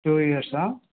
two ఇయర్సా